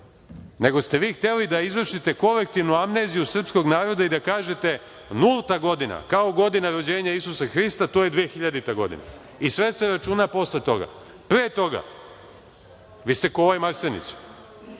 nego ste vi hteli da izvršite kolektivnu amneziju srpskog naroda i da kažete – nulta godina, kao godina rođenja Isusa Hrista, to je 2000. godina i sve se računa posle toga. Pre toga, vi ste kao ovaj Marsenić.